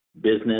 business